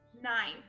nine